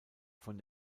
von